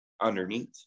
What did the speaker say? underneath